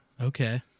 Okay